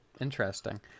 Interesting